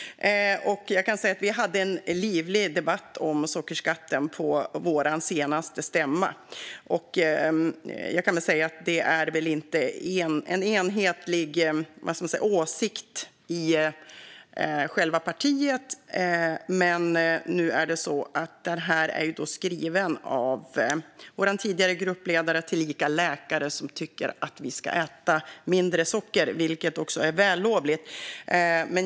Vi hade en livlig debatt om sockerskatten på vår senaste stämma. Det är väl inte en enhetlig åsikt i själva partiet. Nu är reservationen skriven av vår tidigare gruppledare tillika läkare som tycker att vi äta mindre socker, vilket också är vällovligt.